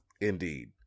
Indeed